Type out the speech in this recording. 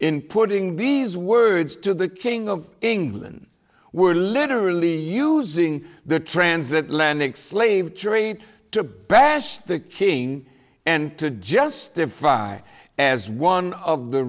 in putting these words to the king of england were literally using the transatlantic slave trade to bash the king and to justify as one of the